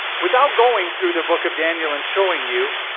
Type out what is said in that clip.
without going through the book of daniel and showing you,